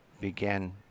began